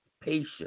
patience